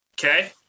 Okay